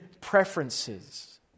preferences